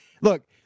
look